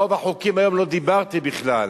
ברוב החוקים היום לא דיברתי בכלל,